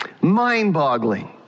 Mind-boggling